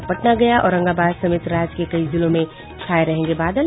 और पटना गया औरंगाबाद समेत राज्य के कई जिलों में छाये रहेंगे बादल